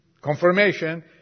confirmation